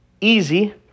easy